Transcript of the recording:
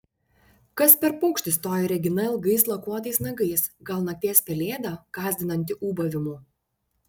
kas per paukštis toji regina ilgais lakuotais nagais gal nakties pelėda gąsdinanti ūbavimu